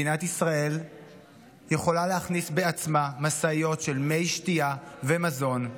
מדינת ישראל יכולה להכניס בעצמה משאיות של מי שתייה ומזון,